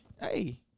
Hey